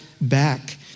back